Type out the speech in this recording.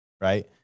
right